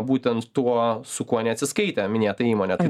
būtent tuo su kuo neatsiskaitė minėta įmonė tai